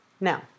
Now